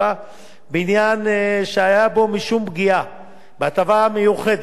בו משום פגיעה בהטבה המיוחדת שהיו זכאים לה אנשי מערכת